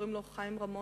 שקוראים לו חיים רמון,